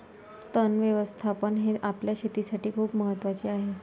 तण व्यवस्थापन हे आपल्या शेतीसाठी खूप महत्वाचे आहे